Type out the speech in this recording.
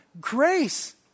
grace